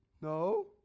No